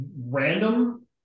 random